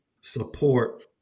support